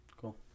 Cool